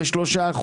3%,